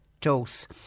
dose